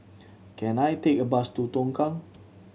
can I take a bus to Tongkang